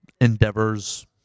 endeavors